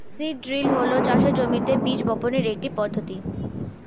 seed drill হল চাষের জমিতে বীজ বপনের একটি পদ্ধতি